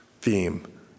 theme